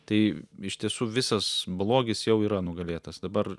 tai iš tiesų visas blogis jau yra nugalėtas dabar